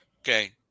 Okay